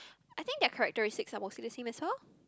I think their characteristics are mostly the same as her